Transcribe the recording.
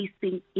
facing